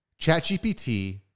ChatGPT